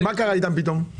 מה קרה אתם פתאום?